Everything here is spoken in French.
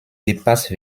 dépasse